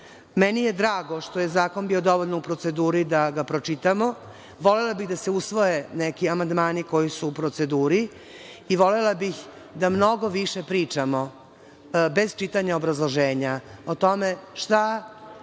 je drago što je zakon bio dovoljno u proceduri da ga pročitamo. Volela bih da se usvoje neki amandmani koji su u proceduri i volela bih da mnogo više pričamo, bez čitanja obrazloženja, o tome šta